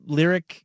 lyric